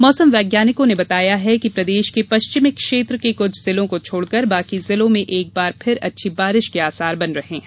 मौसम वैज्ञानिकों ने बताया है कि प्रदेश के पश्चिमी क्षेत्र के कुछ जिलों को छोड़कर बाकी जिलों में एक बार फिर अच्छी बारिश के आसार बन रहे है